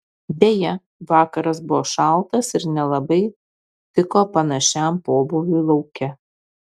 deja vakaras buvo šaltas ir nelabai tiko panašiam pobūviui lauke